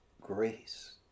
grace